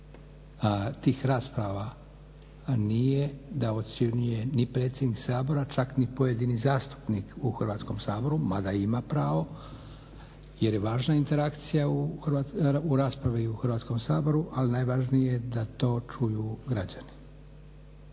tih rasprava nije da ocjenjuje ni predsjednik Sabora, čak ni pojedini zastupnik u Hrvatskom saboru mada ima pravo jer je važna interakcija u raspravi u Hrvatskom saboru ali najvažnije je da to čuju građani.